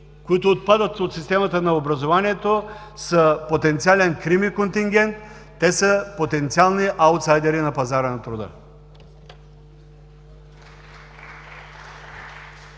които отпадат от системата на образованието, са потенциален кримиконтингент – те са потенциални аутсайдери на пазара на труда.